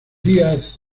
díaz